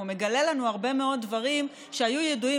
והוא מגלה לנו הרבה מאוד דברים שהיו ידועים